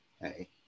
Hey